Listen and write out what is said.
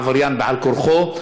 עבריין על-כורחו,